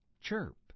chirp